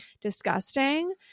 disgusting